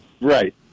Right